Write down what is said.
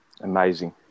Amazing